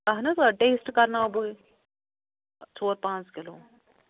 اَہَن حظ آ ٹیسٹہٕ کَرٕناو بہٕ ژور پانٛژھ کِلوٗ